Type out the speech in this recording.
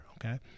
Okay